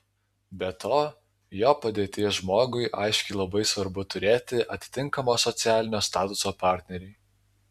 be to jo padėties žmogui aiškiai labai svarbu turėti atitinkamo socialinio statuso partnerį